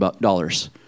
dollars